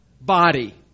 Body